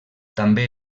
també